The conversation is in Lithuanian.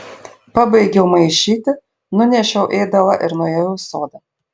pabaigiau maišyti nunešiau ėdalą ir nuėjau į sodą